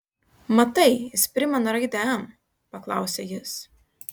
matai jis primena raidę m paklausė jis